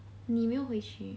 你没有回去